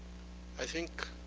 i think